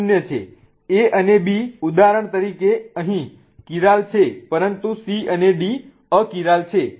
A અને B ઉદાહરણ તરીકે અહીં કિરાલ છે પરંતુ C અને D અકિરાલ છે